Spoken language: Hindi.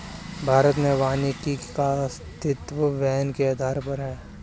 भारत में वानिकी का अस्तित्व वैन के आधार पर है